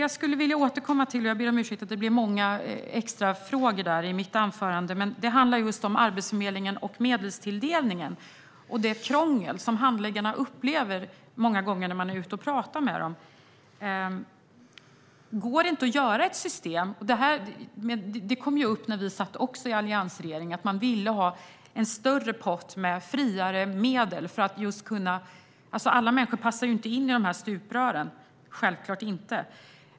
Jag ber om ursäkt för att det blev många extrafrågor i mitt anförande, men det jag skulle vilja återkomma till är Arbetsförmedlingen och medelstilldelningen och det krångel som handläggarna upplever många gånger och som de berättar om när man är ute och pratar med dem. Det kom upp också när vi satt i alliansregeringen att man ville ha en större pott med friare medel. Alla människor passar ju inte in i de här stuprören, självklart inte.